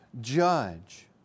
judge